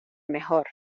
mejor